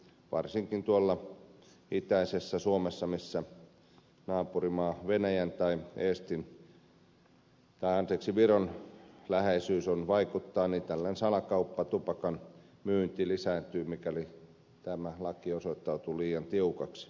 varsinkin tuolla itäisessä suomessa missä naapurimaa venäjän tai viron läheisyys vaikuttaa tällainen salakauppa tupakan myynti lisääntyy mikäli tämä laki osoittautuu liian tiukaksi